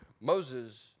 Moses